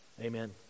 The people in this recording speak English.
Amen